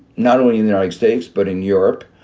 not only in the nordic states, but in europe.